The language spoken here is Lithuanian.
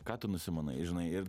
ką tu nusimanai žinai ir